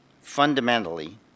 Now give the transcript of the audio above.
fundamentally